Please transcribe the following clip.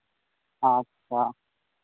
ᱟᱪᱪᱷᱟ